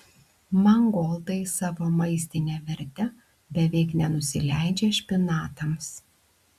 mangoldai savo maistine verte beveik nenusileidžia špinatams